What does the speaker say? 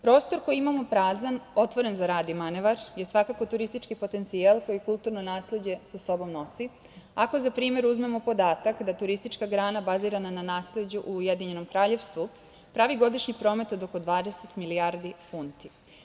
Prostor koji imamo prazan, otvoren za rad i manevar je svakako turistički potencijal koji kulturno nasleđe sa sobom nosi, ako za primer uzmemo podatak da turistička grana bazirana na nasleđu u Ujedinjenom kraljevstvu pravi godišnji promet od oko 20 milijardi funti.